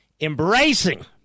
Embracing